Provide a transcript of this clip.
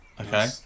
Okay